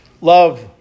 Love